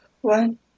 one